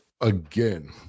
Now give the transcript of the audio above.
again